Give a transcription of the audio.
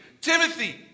Timothy